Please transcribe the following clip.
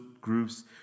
groups